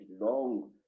long